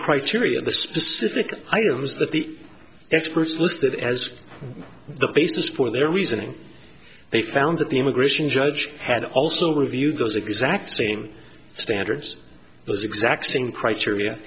criteria the specific items that the edge first listed as the basis for their reasoning they found that the immigration judge had also reviewed those exact same standards those exact same criteria